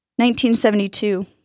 1972